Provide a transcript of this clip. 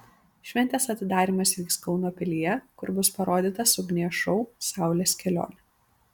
šventės atidarymas vyks kauno pilyje kur bus parodytas ugnies šou saulės kelionė